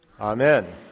Amen